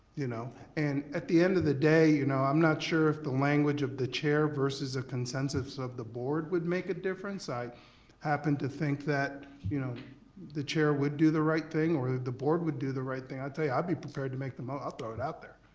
you know and at the end of the day you know i'm not sure if the language of the chair versus a consensus of the board would make a difference? i happen to think that you know the chair would do the right thing or the board would do the right thing. i tell you, i'd be prepared to make the mo, i'll throw it out there,